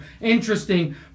interesting